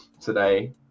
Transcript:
today